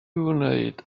wneud